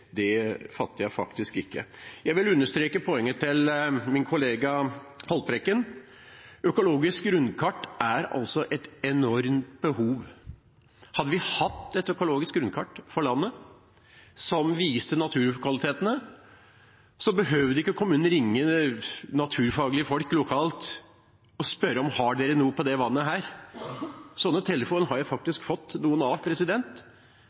Det fatter jeg faktisk ikke. Jeg vil understreke poenget til min kollega Haltbrekken: Økologisk grunnkart er det et enormt behov for. Hadde vi hatt et økologisk grunnkart for landet, som viste naturkvalitetene, behøvde ikke kommunen ringe naturfaglige folk lokalt og spørre: Har dere noe på dette vannet? Sånne telefoner har jeg faktisk fått noen av,